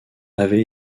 avait